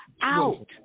out